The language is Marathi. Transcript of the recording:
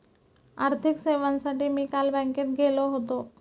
आर्थिक सेवांसाठी मी काल बँकेत गेलो होतो